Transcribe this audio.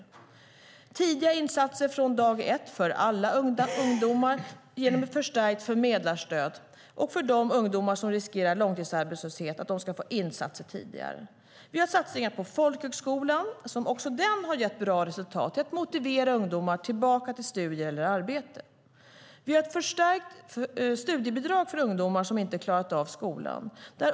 Vi har infört tidiga insatser från dag ett för alla ungdomar genom ett förstärkt förmedlarstöd, och de ungdomar som riskerar långtidsarbetslöshet ska få insatser tidigare. Vi har gjort satsningar på folkhögskolan, och även de har gett bra resultat. Det handlar om att motivera ungdomar tillbaka till studier eller arbete. Vi har infört ett förstärkt studiebidrag för ungdomar som inte har klarat av skolan.